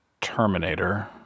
Terminator